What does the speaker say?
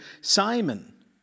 Simon